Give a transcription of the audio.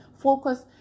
focus